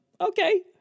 okay